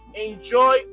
enjoy